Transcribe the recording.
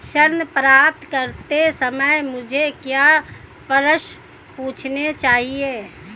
ऋण प्राप्त करते समय मुझे क्या प्रश्न पूछने चाहिए?